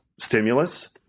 stimulus